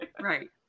Right